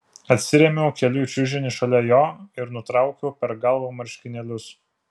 atsirėmiau keliu į čiužinį šalia jo ir nutraukiau per galvą marškinėlius